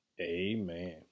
Amen